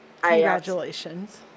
Congratulations